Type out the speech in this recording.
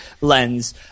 lens